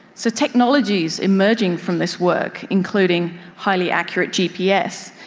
so technologies emerging from this work, including highly accurate gps,